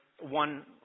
one